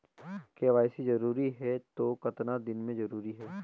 KYC जरूरी हे तो कतना दिन मे जरूरी है?